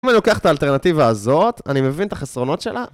אם אני לוקח את האלטרנטיבה הזאת, אני מבין את החסרונות שלה?